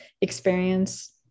experience